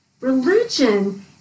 religion